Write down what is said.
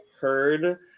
heard